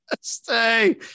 Stay